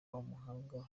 w’umuhanga